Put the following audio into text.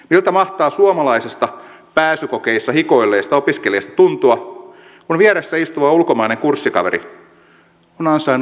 miltä mahtaa suomalaisesta pääsykokeissa hikoilleesta opiskelijasta tuntua kun vieressä istuva ulkomainen kurssikaveri on ansainnut opiskelupaikkansa rahalla